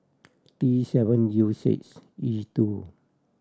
T seven U six E two